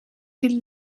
viel